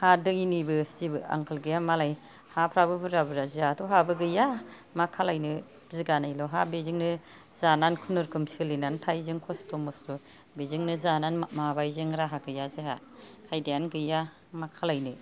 हा दैनिबो जेबो आंखाल गैया मालाय हाफ्राबो बुरजा बुरजा जोंहाथ' हाबो गैया मा खालायनो बिगानैल' हा बेजोंनो जानानै खुनुरुखुम सोलिनानै थायो जों खस्थ' मस्थ' बेजोंनो जानानै माबायो जों राहा गैया जोंहा खायदायानो गैया मा खालायनो